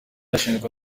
ashinjwa